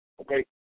okay